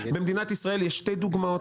במדינת ישראל יש שתי דוגמאות: